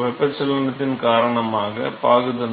வெப்பச்சலனத்தின் காரணமாக பாகுத்தன்மை